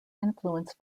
influenced